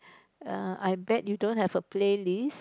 err I bet you don't have a playlist